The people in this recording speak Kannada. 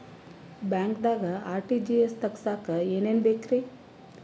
ಬ್ಯಾಂಕ್ದಾಗ ಆರ್.ಟಿ.ಜಿ.ಎಸ್ ತಗ್ಸಾಕ್ ಏನೇನ್ ಬೇಕ್ರಿ?